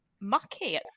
mucky